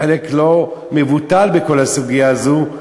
אני חושב שהחלק המשפטי הוא גם כן חלק לא מבוטל בכל הסוגיה הזו.